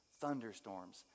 thunderstorms